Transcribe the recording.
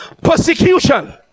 Persecution